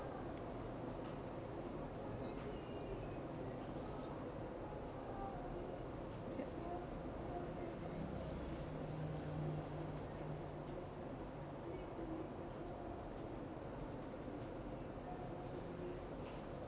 ya